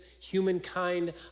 humankind